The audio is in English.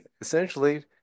essentially